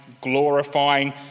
glorifying